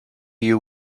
you